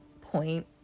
Point